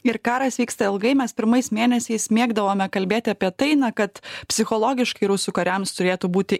ir karas vyksta ilgai mes pirmais mėnesiais mėgdavome kalbėti apie tai na kad psichologiškai rusų kariams turėtų būti